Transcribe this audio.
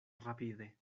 rapide